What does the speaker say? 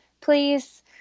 please